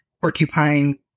porcupine